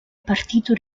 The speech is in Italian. partito